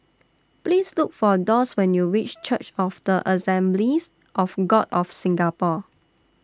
Please Look For Doss when YOU REACH Church of The Assemblies of God of Singapore